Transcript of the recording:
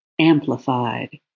amplified